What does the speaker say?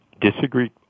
disagree